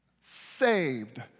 Saved